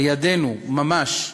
לידנו ממש,